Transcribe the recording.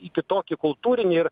į kitokį kultūrinį ir